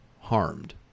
harmed